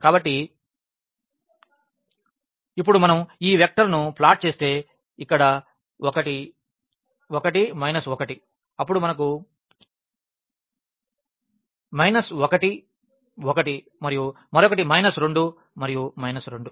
కాబట్టి ఇప్పుడు మనం ఈ వెక్టర్లను ప్లాట్ చేస్తే ఇక్కడ ఒకటి 1 మైనస్ 1 అప్పుడు మనకు మైనస్ 1 1 మరియు మరొకటి మైనస్ 2 మరియు మైనస్ 2